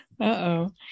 Uh-oh